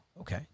Okay